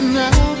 now